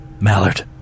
Mallard